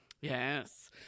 Yes